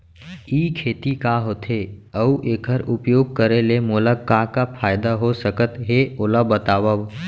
ई खेती का होथे, अऊ एखर उपयोग करे ले मोला का का फायदा हो सकत हे ओला बतावव?